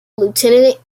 lieutenant